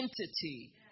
entity